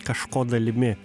kažko dalimi